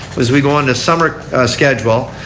as we go into summer schedule.